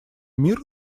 мир